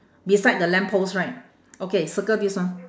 beside the lamp post right okay circle this one